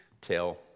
tell